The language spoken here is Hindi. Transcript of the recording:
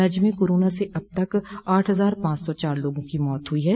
राज्य में कोरोना से अब तक आठ हजार पांच सौ चार लोगों की मौत हुई है